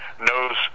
knows